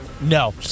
No